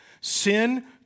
Sin